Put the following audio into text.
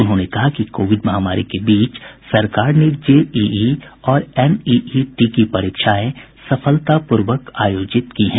उन्होंने कहा कि कोविड महामारी के बीच सरकार ने जेईई और एनईईटी की परीक्षाएं सफलतापूर्वक आयोजित कीं